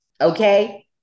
Okay